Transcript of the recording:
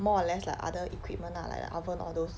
more or less like other equipment lah like the oven all those